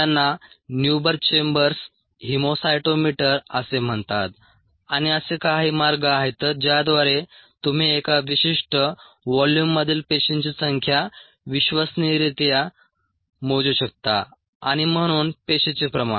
त्यांना Neubauer chambers haemocytometer असे म्हणतात आणि असे काही मार्ग आहेत ज्याद्वारे तुम्ही एका विशिष्ट व्होल्यूममधील पेशींची संख्या विश्वसनीयरित्या मोजू शकता आणि म्हणून पेशीचे प्रमाण